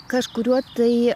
kažkuriuo tai